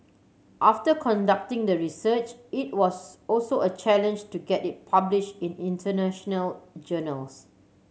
after conducting the research it was also a challenge to get it publish in international journals